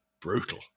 brutal